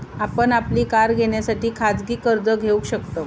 आपण आपली कार घेण्यासाठी खाजगी कर्ज घेऊ शकताव